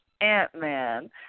Ant-Man